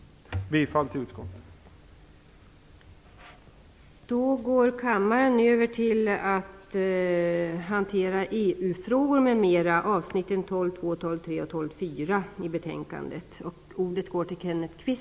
Jag yrkar bifall till utskottets anmälan.